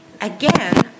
again